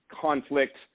conflict